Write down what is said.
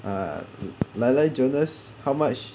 ah 来来 jonas how much